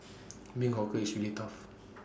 being hawker is really tough